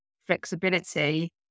flexibility